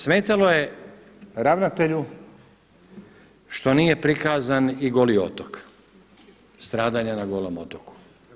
Smetalo je ravnatelju što nije prikazan i Goli otok, stradanja na Golom otoku.